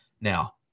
now